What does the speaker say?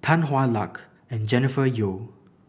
Tan Hwa Luck and Jennifer Yeo